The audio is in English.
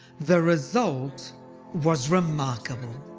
the result was remarkable.